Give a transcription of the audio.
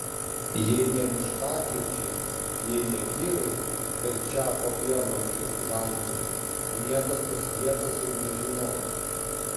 jei ne miškakirčiai jei ne vyrai verčią popiermalkes į vandenį niekas tos vietos ir nežinotų